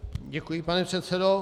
Děkuji, pane předsedo.